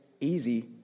easy